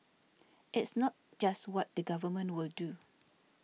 it's not just what the Government will do